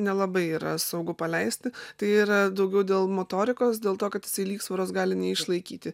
nelabai yra saugu paleisti tai yra daugiau dėl motorikos dėl to kad jisai lygsvaros gali neišlaikyti